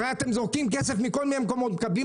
הרי אתם זורקים כסף מכל מיני מקומות ומקבלים